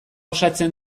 osatzea